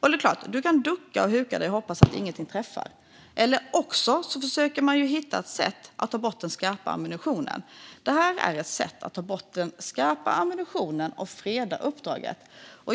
Det är klart: Man kan ducka, huka sig och hoppas att ingenting träffar. Man kan också försöka att hitta ett sätt att ta bort den skarpa ammunitionen. Detta är ett sätt att ta bort den skarpa ammunitionen och freda uppdraget.